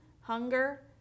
hunger